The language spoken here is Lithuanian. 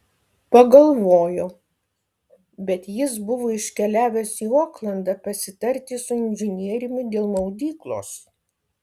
pagalvojo bet jis buvo iškeliavęs į oklandą pasitarti su inžinieriumi dėl maudyklos